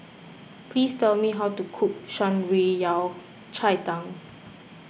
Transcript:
please tell me how to cook Shan Rui Yao Cai Tang